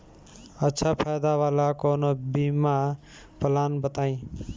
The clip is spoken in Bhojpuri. अच्छा फायदा वाला कवनो बीमा पलान बताईं?